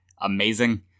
Amazing